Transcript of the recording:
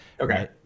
Okay